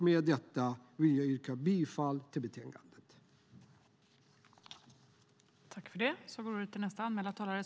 Med detta vill jag yrka bifall till utskottets förslag till beslut.